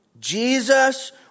Jesus